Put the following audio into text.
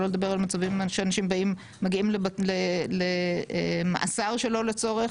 שלא לדבר על מצבים שאנשים מגיעים למאסר שלא לצורך.